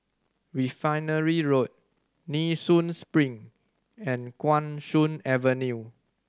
Refinery Road Nee Soon Spring and Guan Soon Avenue